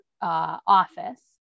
office